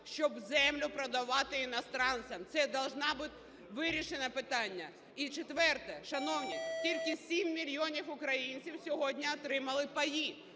щоб землю продавати іноземцям. Це повинно бути вирішено питання. І четверте. Шановні, тільки 7 мільйонів українців сьогодні отримали паї,